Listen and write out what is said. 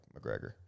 McGregor